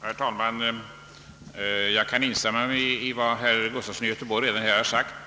Herr talman! Jag kan instämma i vad herr Gustafson i Göteborg har sagt.